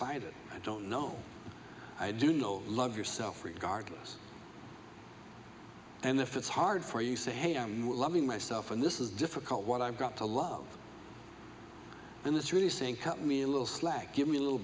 spite i don't know i do know love yourself regardless and if it's hard for you say hey i'm loving myself and this is difficult what i've got to love and this really saying help me a little slack give me a little